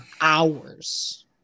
Hours